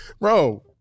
Bro